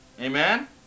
Amen